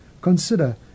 consider